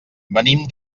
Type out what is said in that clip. venim